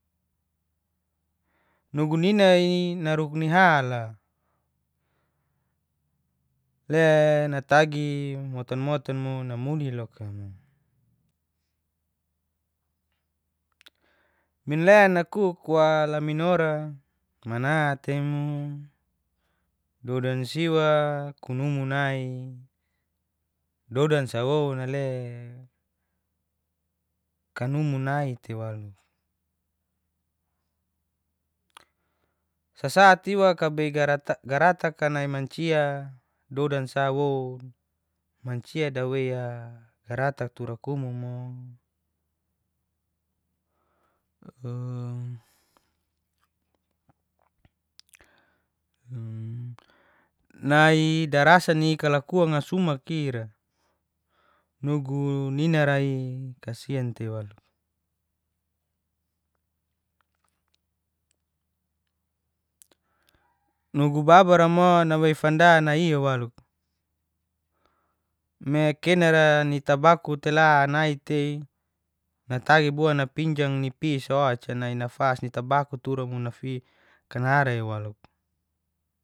Nugu ninai naruk ni ha'la le natagi motan-motan mo namuli loka mo, minlen nakuk wa laminora manate mo dodan siwa ku numu nai dodan sawoun ale kanumu nai tewalu, sasatiwa kabei garataka nai mancia dodan sa woun mancia dweia garata tura kumu mo. nai darasa ni kalakua sumak ira nugu ninara'i kasin tei walu. Nugu babara mo nawei fada nai walu, me kenara ni tabaku leta nai tei natagi bua napinjam ni pisa oca ni nafas ni tabaku tura mo nafikanarai waluk.